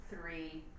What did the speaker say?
three